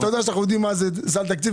אתה יודע שאנחנו יודעים מה זה סל תקציב,